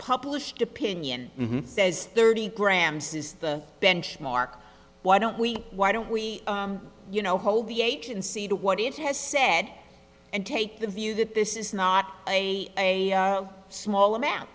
published opinion says thirty grams is the benchmark why don't we why don't we you know hold the agency to what it has said and take the view that this is not a small amount